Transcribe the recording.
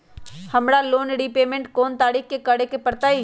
हमरा loan repayment कोन तारीख के करे के परतई?